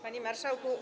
Panie Marszałku!